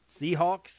Seahawks